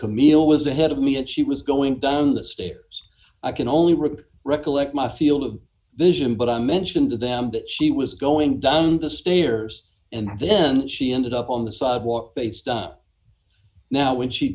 camille was ahead of me and she was going down the stairs i can only rip recollect my field of vision but i mentioned to them that she was going down the stairs and then she ended up on the sidewalk face dump now when she